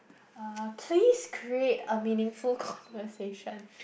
uh please create a meaningful conversation